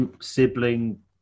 sibling